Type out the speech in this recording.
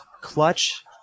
clutch